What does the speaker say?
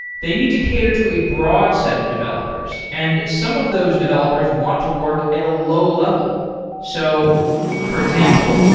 they need to cater to a broad set of developers. and some of those developers want to work at a low level so for example,